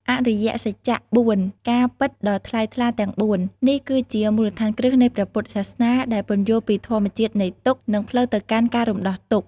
អរិយសច្ចៈ ៤ ការពិតដ៏ថ្លៃថ្លាទាំងបួន នេះគឺជាមូលដ្ឋានគ្រឹះនៃព្រះពុទ្ធសាសនា ដែលពន្យល់ពីធម្មជាតិនៃទុក្ខ និងផ្លូវទៅកាន់ការរំដោះទុក្ខ។